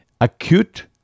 acute